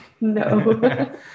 No